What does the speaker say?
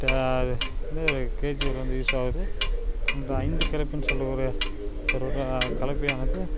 அது வந்து கேஜியலு வந்து யூஸ்ஸாகுது இந்த ஐந்து கலப்பைன் சொல்லக்கூடிய கலப்பையானது